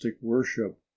worship